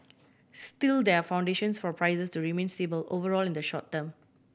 still there are foundations for prices to remain stable overall in the short term